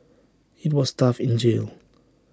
IT was tough in jail